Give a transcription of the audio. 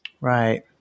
Right